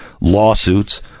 lawsuits